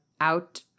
out